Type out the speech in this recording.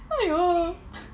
!aiyo!